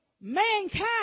mankind